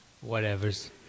Whatever's